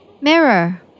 Mirror